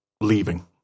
leaving